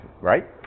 right